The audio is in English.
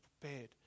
prepared